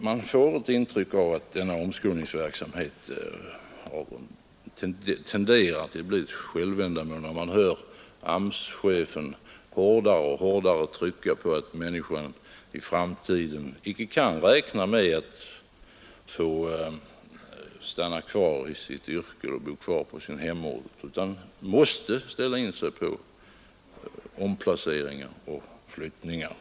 Man får ett intryck av att denna omskolningsverksamhet tenderar att bli ett självändamål, när man hör AMS-chefén hårdare och hårdare trycka på att människorna i framtiden icke kan räkna med att få stanna kvar i sitt yrke eller bo kvar på sin hemort utan måste ställa in sig på omplaceringar och flyttningar.